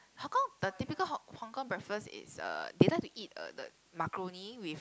Hong-Kong the typical Hong Hong-Kong breakfast is uh they like to eat uh the macaroni with